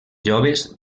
joves